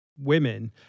women